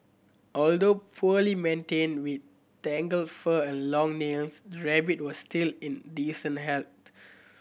although poorly maintained with tangled fur and long nails the rabbit was still in decent health